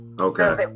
Okay